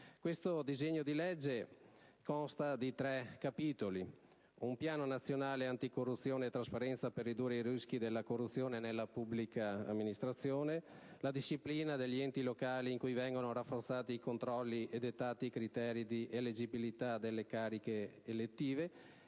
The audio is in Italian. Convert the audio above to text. Questo disegno di legge ha tre capisaldi: il Piano nazionale anticorruzione e trasparenza per ridurre i rischi della corruzione nella pubblica amministrazione; la disciplina degli enti locali, in cui vengono rafforzati i controlli e dettati i criteri di eleggibilità nelle cariche elettive;